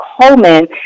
Coleman